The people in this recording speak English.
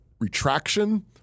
retraction